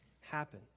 happen